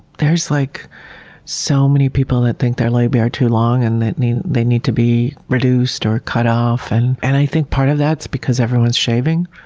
there's like so many people that think their labia are too long and that they need to be reduced or cut off, and and i think part of that's because everyone's shaving,